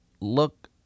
look